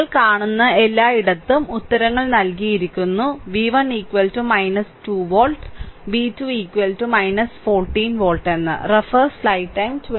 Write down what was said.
നിങ്ങൾ കാണുന്ന എല്ലായിടത്തും ഉത്തരങ്ങൾ നൽകിയിരിക്കുന്നു v1 2 വോൾട്ട് v2 14 വോൾട്ട്